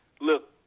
look